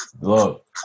Look